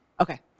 Okay